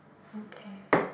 okay